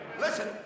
Listen